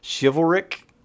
Chivalric